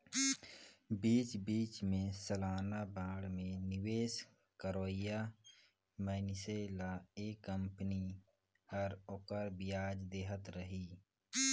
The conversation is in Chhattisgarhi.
बीच बीच मे सलाना बांड मे निवेस करोइया मइनसे ल या कंपनी हर ओखर बियाज देहत रही